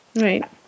right